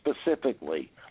specifically